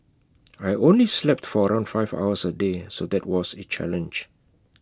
I only slept for around five hours A day so that was A challenge